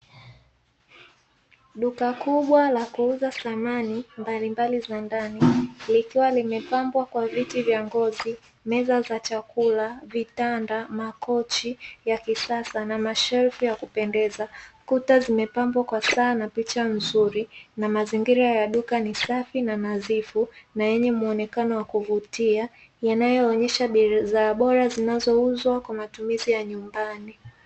Duka kubwa la kuuza samani mbalimbali za ndani likiwa liepambwa kwa viti vya ngozi, meza za chakula, vitanda, makochi ya kisasa na mashelfu ya kupendeza. Kuta zimepambwa kwa saa na picha nzuri na mazingira ya duka ni safi na nadhifu na yenye muonekano wa kuvutia, yanayoonyesha bidhaa bora zianazouzwa kwa matumizi ya nyumbani.